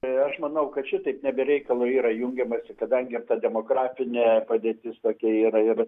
tai aš manau kad šitaip ne be reikalo yra jungiamasi kadangi ir ta demografinė padėtis tokia yra ir